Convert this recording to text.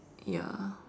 ya